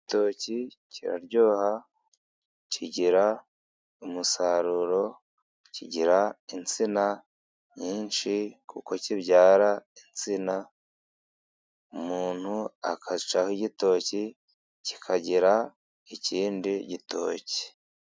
Igitoki kiraryoha, kigira umusaruro, kigira insina nyinshi kuko kibyara insina. umuntu agacaho igitoki, kikagira ikindi gitoki.